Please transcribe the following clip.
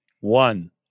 one